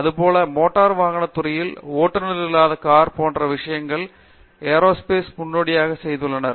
இதேபோல் மோட்டார் வாகன துறையில் ஓட்டுநர் இல்லாத கார் போன்ற விஷயங்களுக்கு ஏரோஸ்பேஸில் முன்னோடியாகச் செய்துள்ளனர்